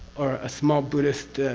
or a small buddhist.